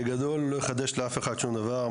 בגדול, הוא לא יחדש לאף אחד שום דבר.